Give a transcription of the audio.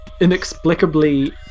inexplicably